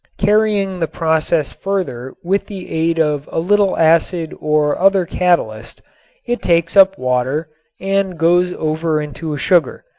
carrying the process further with the aid of a little acid or other catalyst it takes up water and goes over into a sugar,